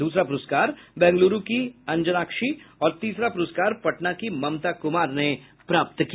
दूसरा पुरस्कार बैंगलूरू की अंजनाक्षी और तीसरा पुरस्कार पटना की ममता कुमार ने प्राप्त किया